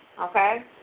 okay